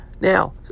Now